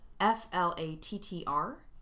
F-L-A-T-T-R